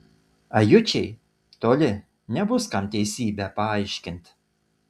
ajučiai toli nebus kam teisybę paaiškint